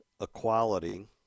equality